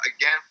Again